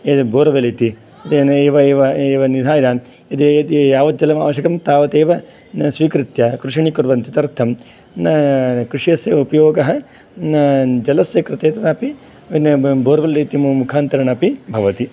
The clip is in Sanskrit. एत् बोरवेल् इति एव निधाय यावत् जलं आवश्यकं तावत् एव न स्वीकृत्य कृषिं न कुर्वन्ति तदर्थं कृषिः अस्य उपयोगः न जलस्य कृते तदापि बोरवेल् इति मुखान्तरेणापि भवति